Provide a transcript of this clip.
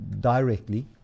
directly